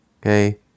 okay